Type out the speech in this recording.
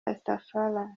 rastafari